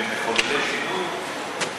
שהם מחוללי שינוי,